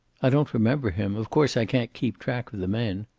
i don't remember him. of course, i can't keep track of the men.